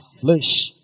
flesh